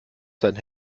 sein